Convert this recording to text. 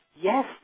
yes